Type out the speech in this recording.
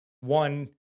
one